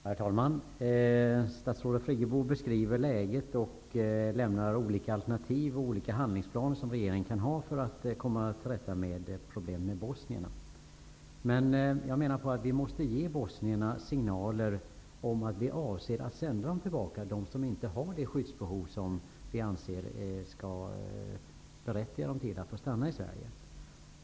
Herr talman! Statsrådet Friggebo beskriver läget och lämnar besked om olika alternativ och handlingsplaner som regeringen kan ha när det gäller att komma till rätta med problemen i fråga om bosnierna. Jag menar att vi måste ge bosnierna signaler om att vi avser att sända tillbaka dem som inte har det skyddsbehov som vi anser berättigar dem att få stanna i Sverige.